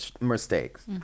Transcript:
mistakes